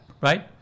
right